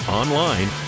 online